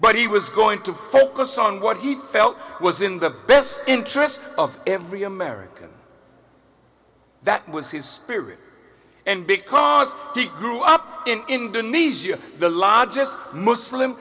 but he was going to focus on what he felt was in the best interest of every american that was his spirit and because he grew up in indonesia the largest muslim